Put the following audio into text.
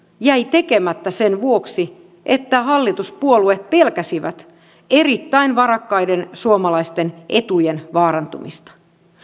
jäi tekemättä sen vuoksi että hallituspuolueet pelkäsivät erittäin varakkaiden suomalaisten etujen vaarantumista